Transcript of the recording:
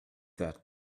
that